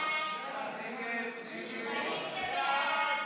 בקשת הממשלה